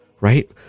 right